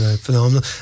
Phenomenal